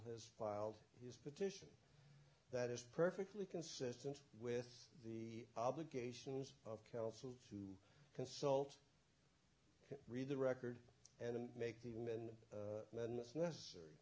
has filed his petition that is perfectly consistent with the obligations of counsel to consult read the record and make the women and that's necessary